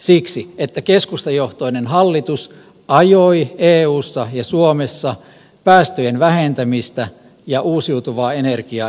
siksi että keskustajohtoinen hallitus ajoi eussa ja suomessa päästöjen vähentämistä ja uusiutuvaa energiaa edistävää politiikkaa